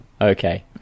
Okay